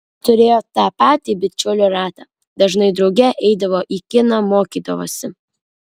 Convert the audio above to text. turėjo tą patį bičiulių ratą dažnai drauge eidavo į kiną mokydavosi